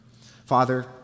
Father